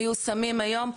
מיושמים היום.